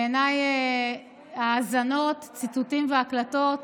בעיניי האזנות, ציתותים והקלטות